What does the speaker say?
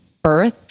birth